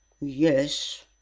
Yes